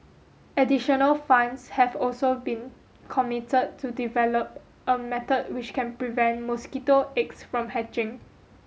additional funds have also been committed to develop a method which can prevent mosquito eggs from hatching